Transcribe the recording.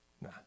nah